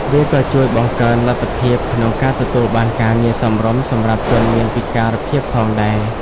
វាក៏ជួយបង្កើនលទ្ធភាពក្នុងការទទួលបានការងារសមរម្យសម្រាប់ជនមានពិការភាពផងដែរ។